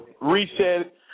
reset